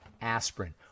aspirin